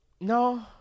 No